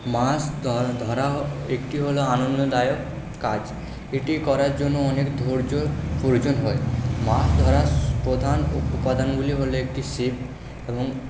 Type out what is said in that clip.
মাছ ধরা একটি হলো আনন্দদায়ক কাজ এটি করার জন্য অনেক ধৈর্য্য প্রয়োজন হয় মাছ ধরার প্রধান উপাদানগুলি হলো একটি ছিপ এবং